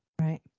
Right